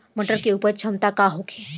मटर के उपज क्षमता का होखे?